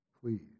please